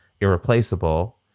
irreplaceable